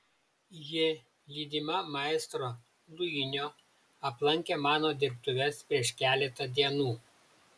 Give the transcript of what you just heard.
ji lydima maestro luinio aplankė mano dirbtuves prieš keletą dienų